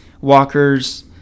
walkers